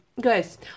guys